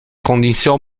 conditions